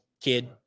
kid